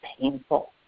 painful